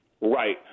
Right